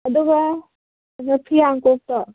ꯑꯗꯨꯒ ꯐꯤꯌꯥꯟꯈꯣꯛꯇꯣ